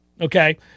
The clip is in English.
okay